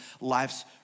life's